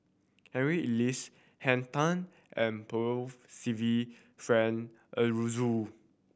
Harry Elias Henn Tan and Percival Frank Aroozoo